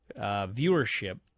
viewership